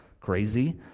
crazy